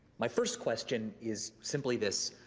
my first question is simply this